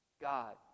God